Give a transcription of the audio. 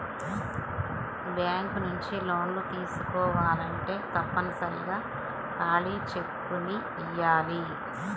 bank నుంచి లోన్లు తీసుకోవాలంటే తప్పనిసరిగా ఖాళీ చెక్కుని ఇయ్యాలి